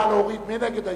מי נגד?